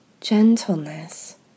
gentleness